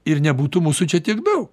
ir nebūtų mūsų čia tiek daug